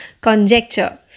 conjecture